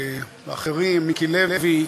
אחרים, מיקי לוי.